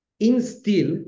instill